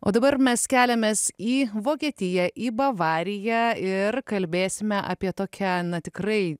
o dabar mes keliamės į vokietiją į bavariją ir kalbėsime apie tokią na tikrai